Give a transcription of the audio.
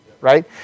right